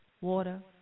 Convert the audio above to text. water